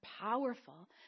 powerful